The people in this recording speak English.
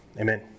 Amen